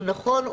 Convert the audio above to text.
הוא נכון,